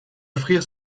offrir